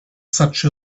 such